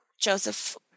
Joseph